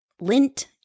Lint